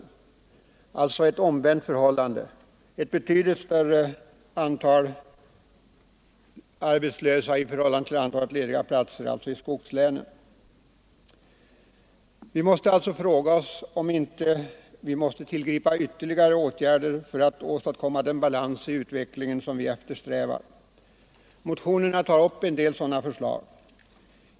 I skogslänen är förhållandet alltså motsatt förhållandet i landet som helhet: antalet arbetslösa är betydligt större än antalet lediga platser. Vi måste därför fråga oss om vi inte behöver tillgripa ytterligare åtgärder för att åstadkomma den balans i utvecklingen som vi eftersträvar. Motionerna tar upp en del förslag till sådana åtgärder.